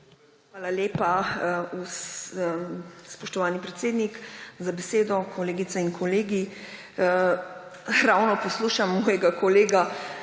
Hvala lepa, spoštovani predsednik, za besedo. Kolegice in kolegi! Poslušam mojega kolega